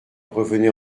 revenait